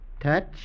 touch